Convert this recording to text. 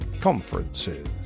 conferences